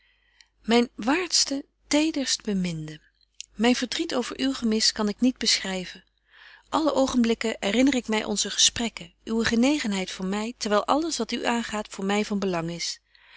myne waartste tederstbeminde myn verdriet over uw gemis kan ik niet beschryven alle oogenblikken erinner ik my onze gesprekken uwe genegenheid voor my terwyl alles wat u aangaat voor my van belang is